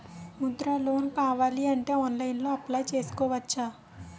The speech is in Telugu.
ముద్రా లోన్ కావాలి అంటే ఆన్లైన్లో అప్లయ్ చేసుకోవచ్చా?